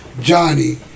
Johnny